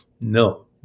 No